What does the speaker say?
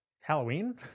Halloween